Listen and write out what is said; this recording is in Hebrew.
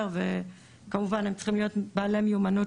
כמובן שהם צריכים להיות בעלי מיומנות